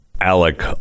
Alec